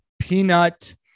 Peanut